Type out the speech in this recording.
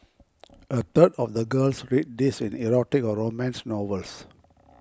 a third of the girls read these in erotic or romance novels